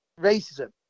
racism